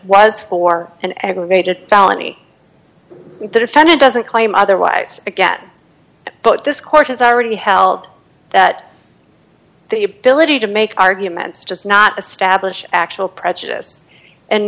was for an aggravated felony the defendant doesn't claim otherwise get but this court has already held that the ability to make arguments just not establish actual prejudice and